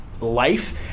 life